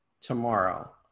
tomorrow